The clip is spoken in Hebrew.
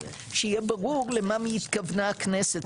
שיהיה ברור למה התכוונה הכנסת,